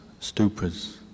stupas